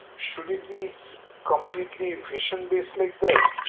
should it be completely vision-based like that.